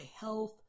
health